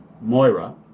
Moira